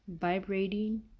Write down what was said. vibrating